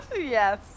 Yes